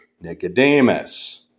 Nicodemus